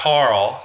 Carl